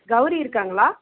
கௌரி இருக்காங்களா